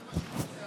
זה מה שהוא רוצה,